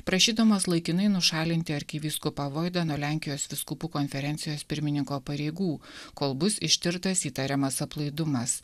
prašydamas laikinai nušalinti arkivyskupą voidą nuo lenkijos vyskupų konferencijos pirmininko pareigų kol bus ištirtas įtariamas aplaidumas